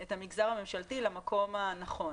את המגזר הממשלתי למקום הנכון.